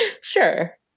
Sure